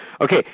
Okay